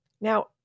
Now